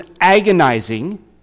agonizing